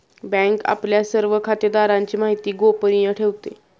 bank आपल्या सर्व खातेदारांची माहिती गोपनीय ठेवते